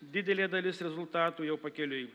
didelė dalis rezultatų jau pakeliui